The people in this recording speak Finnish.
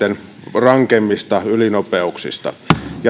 rankemmista ylinopeuksista